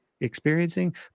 experiencing